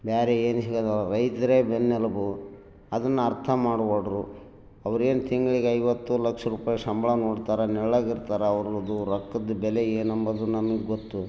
ಬೇರೆ ಏನು ಸಿಗೋದು ರೈತರೆ ಬೆನ್ನೆಲುಬು ಅದನ್ನು ಅರ್ಥ ಮಾಡವಲ್ರು ಅವ್ರೇನು ತಿಂಗಳಿಗೆ ಐವತ್ತು ಲಕ್ಷ ರೂಪಾಯಿ ಸಂಬಳ ನೋಡ್ತಾರೆ ನೆರ್ಳಾಗಿ ಇರ್ತಾರೆ ಅವ್ರುದ್ದು ರೊಕ್ಕದ ಬೆಲೆ ಏನಂಬುದು ನನ್ಗೆ ಗೊತ್ತು